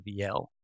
VL